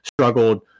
struggled –